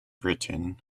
britain